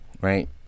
right